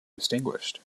distinguished